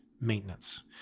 maintenance